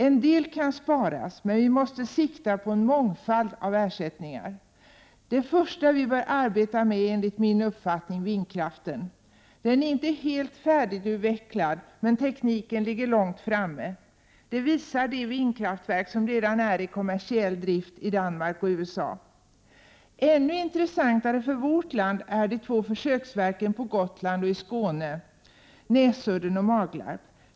En del kan sparas, men vi måste sikta på en mångfald av ersättningar. Det första vi bör arbeta med är enligt min uppfattning vindkraften. Den är inte helt färdigutvecklad, men tekniken ligger långt framme. Det visar de vindkraftverk som redan är i kommersiell drift i Danmark och USA. Ännu intressantare för vårt land är de två försöksverken på Gotland och i Skåne, Näsudden och Maglarp.